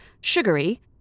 Sugary